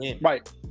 Right